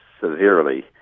severely